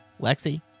Lexi